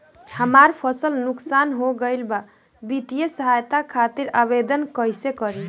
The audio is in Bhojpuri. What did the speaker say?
हमार फसल नुकसान हो गईल बा वित्तिय सहायता खातिर आवेदन कइसे करी?